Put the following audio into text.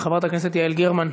חברת הכנסת יעל גרמן?